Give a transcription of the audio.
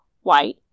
white